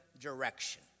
direction